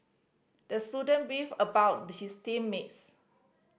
the student beefed about his team mates